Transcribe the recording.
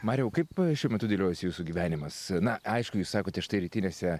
mariau kaip šiuo metu dėliojasi jūsų gyvenimas na aišku jūs sakote štai rytinėse